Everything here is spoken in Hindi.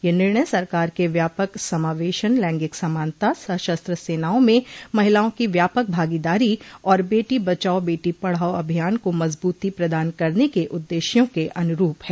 यह निर्णय सरकार के व्यापक समावेशन लैंगिक समानता सशत्र सेनाओं में महिलाओं की व्यापक भागीदारी और बेटी बचाओ बेटी पढ़ाओ अभियान को मजबूती प्रदान करने के उद्देश्यों के अनुरूप है